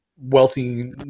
wealthy